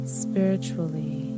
spiritually